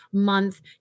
month